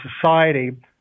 society